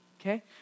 Okay